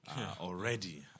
already